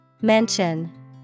Mention